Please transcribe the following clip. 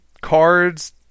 cards